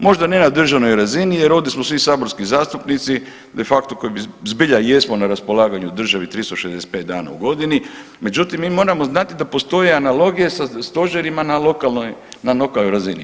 Možda ne na državnoj razini jer ovdje smo svi saborski zastupnici de facto koji bi zbilja i jesmo na raspolaganju državi 365 dana u godini, međutim mi moramo znati da postoje analogije sa stožerima na lokalnoj, na lokalnoj razini.